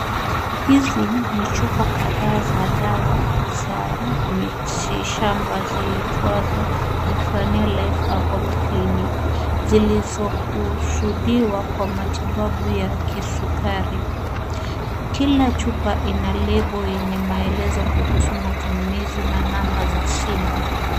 Hizi ni chupa kadhaa za dawa za miti shamba ziitwazo Zephania Life herbal clinic , zilizokusudiwa kwa matibabu ya kisukari. Kila chupa ina lebo yenye maelezo kuhusu matumizi na namba za simu.